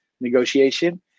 negotiation